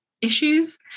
issues